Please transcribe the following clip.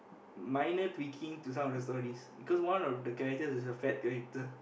minor tweaking to some of the stories because one of the character is a fat character